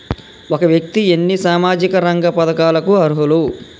ఒక వ్యక్తి ఎన్ని సామాజిక రంగ పథకాలకు అర్హులు?